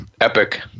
epic